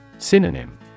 Synonym